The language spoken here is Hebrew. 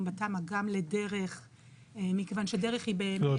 בתמ"א גם לדרך מכיוון שדרך היא --- לא,